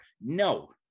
no